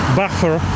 buffer